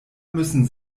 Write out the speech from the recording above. müssen